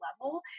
level